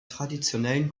traditionellen